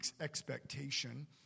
expectation